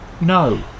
No